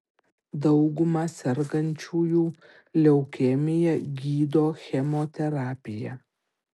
daugumą sergančiųjų leukemija gydo chemoterapija